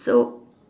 so